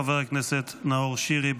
חבר הכנסת נאור שירי,